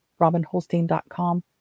robinholstein.com